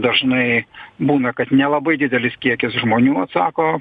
dažnai būna kad nelabai didelis kiekis žmonių atsako